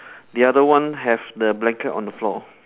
the other one have the blanket on the floor